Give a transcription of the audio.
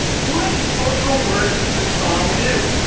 what cultural work does this song do?